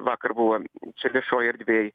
vakar buvo čia viešoj erdvėj